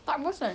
tak bosan